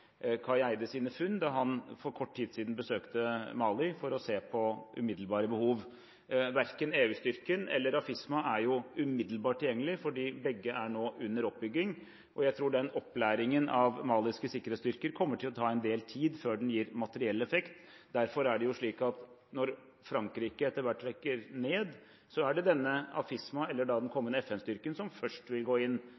funn da han for kort tid siden besøkte Mali for å se på umiddelbare behov. Verken EU-styrken eller AFISMA er umiddelbart tilgjengelig, for begge er nå under oppbygging. Jeg tror opplæringen av maliske sikkerhetsstyrker kommer til å ta en del tid før den gir materiell effekt. Derfor er det slik at når Frankrike etter hvert trekker ned, er det AFISMA eller den kommende FN-styrken som først vil gå inn. Det vil altså være den